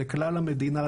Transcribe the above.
לכלל המדינה,